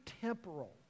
temporal